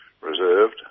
reserved